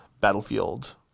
battlefield